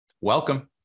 welcome